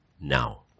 now